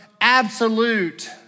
absolute